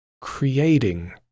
creating